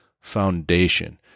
foundation